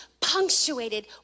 punctuated